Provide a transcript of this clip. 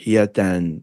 jie ten